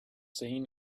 seen